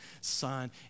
son